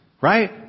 right